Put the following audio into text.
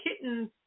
kittens